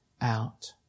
out